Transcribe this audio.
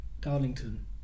Darlington